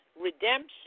redemption